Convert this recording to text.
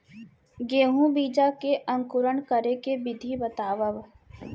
गेहूँ बीजा के अंकुरण करे के विधि बतावव?